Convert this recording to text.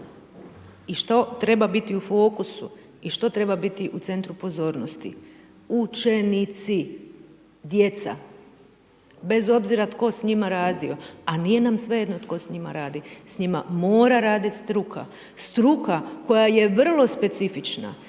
I što treba biti u fokusu i što treba biti u centru pozornosti. Učenici, djeca, bez obzira tko s njima radio, a nije nam svejedno tko s njima radi. S njima mora raditi struka, struka koja je vrlo specifična